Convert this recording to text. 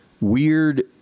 weird